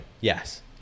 yes